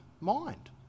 mind